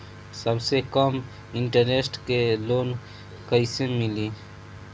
सबसे कम इन्टरेस्ट के लोन कइसे मिली?